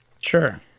Sure